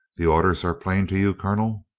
the orders are plain to you, colonel?